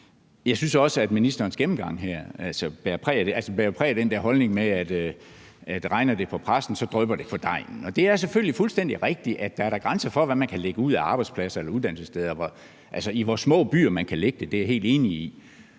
Jeg synes også, at ministerens gennemgang her bærer præg af den der holdning med, at regner det på præsten, drypper det på degnen. Og det er selvfølgelig fuldstændig rigtigt, at der da er grænser for, hvad man kan lægge ud af arbejdspladser eller uddannelsessteder, altså i hvor små byer man kan lægge det – det er jeg helt enig i.